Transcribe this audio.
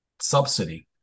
subsidy